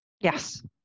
Yes